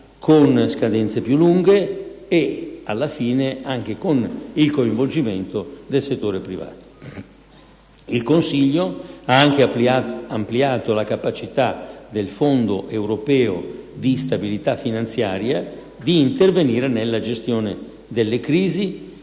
con scadenze più lunghe e, alla fine, anche con il coinvolgimento del settore privato. Il Consiglio ha anche ampliato la capacità del Fondo europeo di stabilità finanziaria di intervenire nella gestione delle crisi